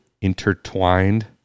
Intertwined